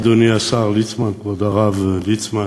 אדוני השר ליצמן, כבוד הרב ליצמן,